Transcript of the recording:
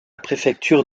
préfecture